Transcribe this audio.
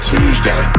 Tuesday